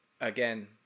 Again